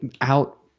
out